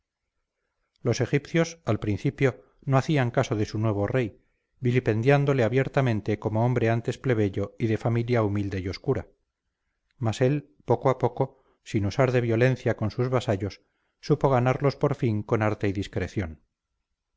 los egipcios al principio no hacían caso de su nuevo rey vilipendiándole abiertamente como hombre antes plebeyo y de familia humilde y oscura mas él poco a poco sin usar de violencia con sus vasallos supo ganarlos por fin con arte y discreción